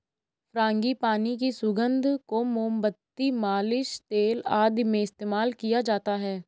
frangipani की सुगंध को मोमबत्ती, मालिश तेल आदि में इस्तेमाल किया जाता है